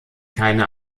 keine